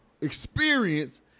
experience